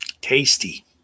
Tasty